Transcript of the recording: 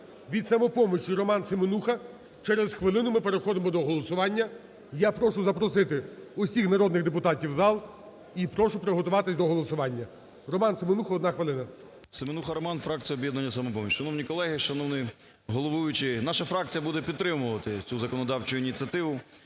від "Самопомочі", Роман Семенуха. Через хвилину ми переходимо до голосування. Я прошу запросити усіх народних депутатів в зал, і прошу приготуватись до голосування. Роман Семенуха, одна хвилина. 17:34:20 СЕМЕНУХА Р.С. Семенуха Роман, фракція "Об'єднання "Самопоміч". Шановні колеги, шановний головуючий, наша фракція буде підтримувати цю законодавчу ініціативу.